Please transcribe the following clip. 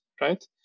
right